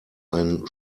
einen